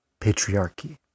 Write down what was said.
patriarchy